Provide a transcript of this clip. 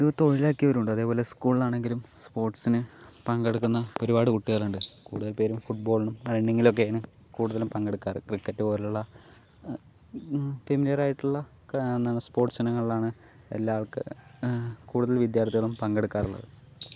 ഇത് തൊഴിലാക്കിയവരുണ്ട് അതേപോലെ സ്കൂളിലാണെങ്കിലും സ്പോർട്സിനു പങ്കെടുക്കുന്ന ഒരുപാട് കുട്ടികളുണ്ട് കൂടുതൽ പേരും ഫുട്ബോളിനും റണ്ണിങ്ങിലും ഒക്കെയാണ് കൂടുതലും പങ്കെടുക്കാറ് ക്രിക്കറ്റ് പോലുള്ള ഫെമിലിയറായിട്ടുള്ള എന്താണ് സ്പോർട്സിനങ്ങളിലാണ് എല്ലാവർക്ക് കൂടുതൽ വിദ്യാർത്ഥികളും പങ്കെടുക്കാറുള്ളത്